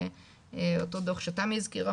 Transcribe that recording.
אותו דוח שתמי הזכירה,